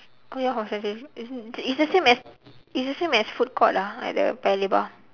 oh ya hor century is it's the same as it's same as food court lah at the paya-lebar